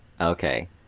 Okay